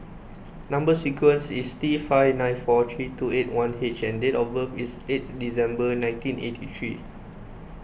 Number Sequence is T five nine four three two eight one H and date of birth is eighth December nineteen eighty three